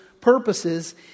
purposes